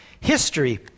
history